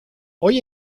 hoy